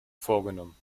vorgenommen